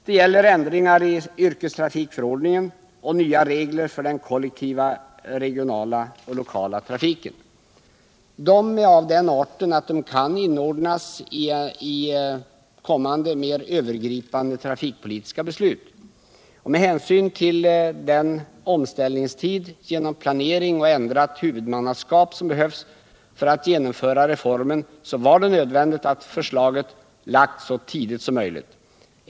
Det gäller ändringar i yrkestrafikförordningen och nya regler för den kollektiva regionala och lokala trafiken. Dessa reformer är av den arten att de kan inordnas i kommande mer övergripande trafikpolitiska beslut. Med hänsyn till den omställningstid som med hänsyn till planering och ändrat huvudmannaskap behövs för att genomföra den sistnämnda reformen var det nödvändigt att förslaget framlades så tidigt som möjligt.